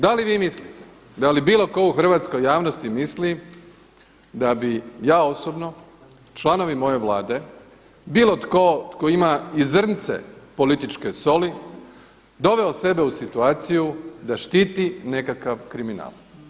Da li vi mislite da li bilo tko u hrvatskoj javnosti misli da bi ja osobno, članovi moje Vlade, bilo tko tko ima i zrnce političke soli doveo sebe u situaciju da štiti nekakav kriminal?